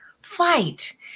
fight